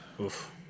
Oof